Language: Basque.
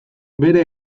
bere